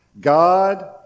God